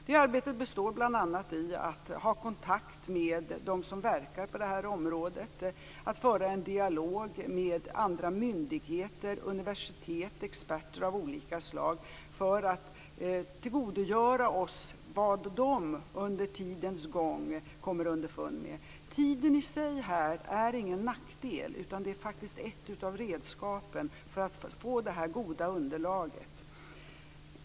Det arbetet består bl.a. i att ha kontakt med dem som verkar på det här området och att föra en dialog med andra myndigheter, universitet och experter av olika slag för att tillgodogöra oss vad de under tidens gång kommer underfund med. Tiden i sig här är ingen nackdel, utan den är faktiskt ett av redskapen för att få det här goda underlaget.